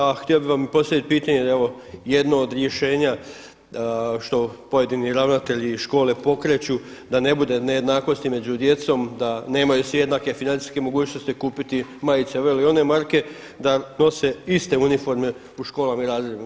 A htio bih vam postaviti pitanje, jer evo jedno od rješenja što pojedini ravnatelji i škole pokreću da ne bude nejednakosti među djecom, da nemaju svi jednake financijske mogućnosti kupiti majice ove ili one marke, da nose iste uniforme u školama i razredima.